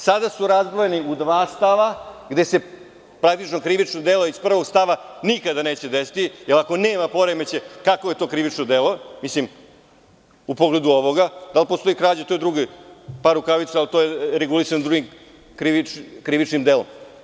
Sada su razdvojeni u dva stava gde se praktično krivično delo iz prvog stava nikada neće desiti, jer ako nema poremećaj kakvo je to krivično delo u pogledu ovoga, da li postoji krađa u toj drugoj, par rukavica, a to je regulisano drugim krivičnim delom?